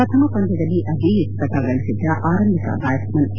ಪ್ರಥಮ ಪಂದ್ಕದಲ್ಲಿ ಅಜೇಯ ಶತಕ ಗಳಿಸಿದ್ದ ಅರಂಭಿಕ ಬ್ಯಾಟ್ಸ ಮನ್ ಕೆ